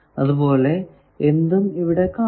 അത് പോലെ എന്തും ഇവിടെ കാണാം